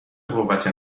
قوت